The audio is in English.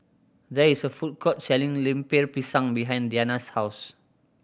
there is a food court selling Lemper Pisang behind Deana's house